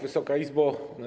Wysoka Izbo!